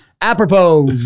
apropos